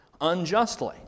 unjustly